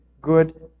good